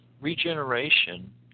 regeneration